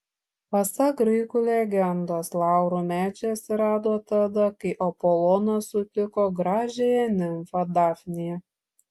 pasak graikų legendos laurų medžiai atsirado tada kai apolonas sutiko gražiąją nimfą dafniją